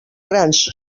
grans